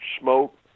smoke